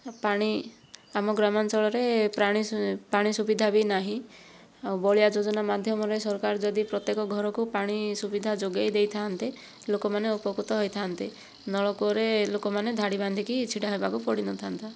ଆଉ ପାଣି ଆମ ଗ୍ରାମାଞ୍ଚଳରେ ପାଣି ପାଣି ସୁବିଧା ବି ନାହିଁ ଆଉ ବଳିଆ ଯୋଜନା ମାଧ୍ୟମରେ ସରକାର ଯଦି ପ୍ରତ୍ୟେକ ଘରକୁ ପାଣି ସୁବିଧା ଯୋଗାଇ ଦେଇଥାନ୍ତେ ଲୋକମାନେ ଉପକୃତ ହୋଇଥାନ୍ତେ ନଳକୂଅରେ ଲୋକମାନେ ଧାଡ଼ି ବାନ୍ଧିକି ଛିଡ଼ା ହେବାକୁ ପଡ଼ିନଥାନ୍ତା